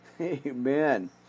Amen